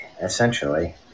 essentially